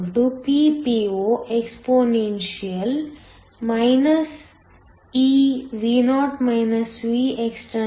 Pno Ppo exp ekT